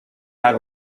had